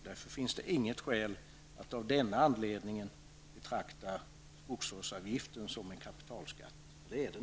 Det finns därför inget skäl att av denna anledning betrakta skogsvårdsavgiften som en kapitalskatt. Det är den inte.